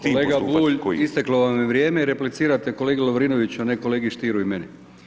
Kolega Bulj, isteklo vam je vrijeme, replicirate kolegi Lovrinoviću, a ne kolegi Stieru i meni.